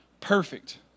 perfect